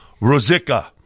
Rosica